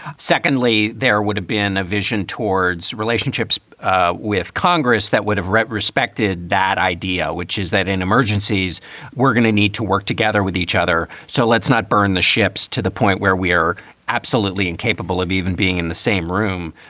secondly, there would have been a vision towards relationships ah with congress that would have respected that idea, which is that in emergencies we're going to need to work together with each other. so let's not burn the ships to the point where we are absolutely incapable of even being in the same room,